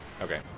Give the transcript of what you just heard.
Okay